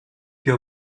più